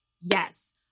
Yes